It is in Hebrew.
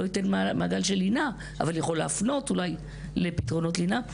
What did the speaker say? לא ייתן מעגל של לינה אבל יכול להפנות אולי לפתרונות לינה,